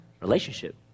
Relationship